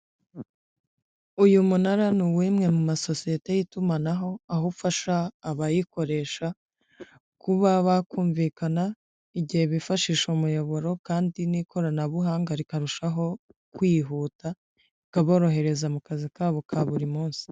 Uyu munara ni uw'imwe mu masosiyete y'itumanaho, aho ufasha abayikoresha kuba bakumvikana igihe bifashisha umuyoboro kandi n'ikoranabuhanga rikarushaho kwihuta, bikaborohereza mu kazi kabo ka buri munsi.